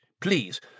please